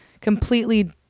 completely